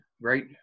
right